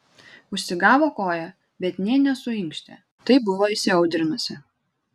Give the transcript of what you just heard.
užsigavo koją bet nė nesuinkštė taip buvo įsiaudrinusi